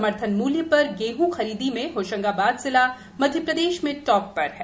समर्थन मूल्य पर गेहं खरीदी में होशंगाबाद जिला मध्य प्रदेश में टॉप पर है